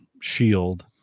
Shield